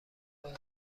بازی